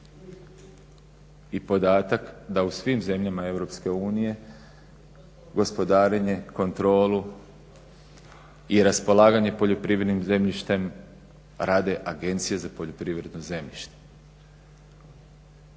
i podatak da u svim zemljama EU gospodarenje, kontrolu i raspolaganje poljoprivrednim zemljištem rade agencije za poljoprivredno zemljište.